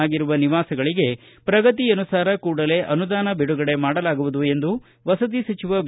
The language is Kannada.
ಆಗಿರುವ ನಿವಾಸಗಳಿಗೆ ಪ್ರಗತಿಯನುಸಾರ ಕೂಡಲೇ ಅನುದಾನ ಬಿಡುಗಡೆ ಮಾಡಲಾಗುವುದು ಎಂದು ವಸತಿ ಸಚಿವ ವಿ